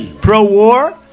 Pro-war